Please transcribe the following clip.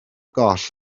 goll